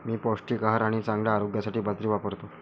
मी पौष्टिक आहार आणि चांगल्या आरोग्यासाठी बाजरी वापरतो